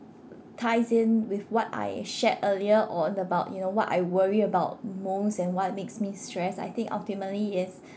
ties in with what I shared earlier on about you know what I worry about most and what makes me stress I think ultimately is